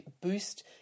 boost